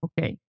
okay